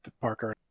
Parker